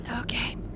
Okay